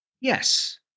yes